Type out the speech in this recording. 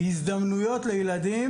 הזדמנויות לילדים